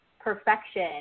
perfection